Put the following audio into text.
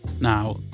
Now